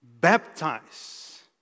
baptize